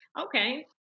Okay